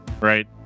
right